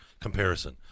comparison